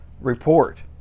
report